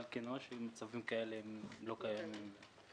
אבל כנראה שמצבים כאלה לא קיימים.